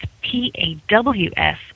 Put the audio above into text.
P-A-W-S